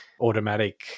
automatic